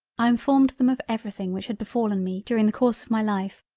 i informed them of every thing which had befallen me during the course of my life,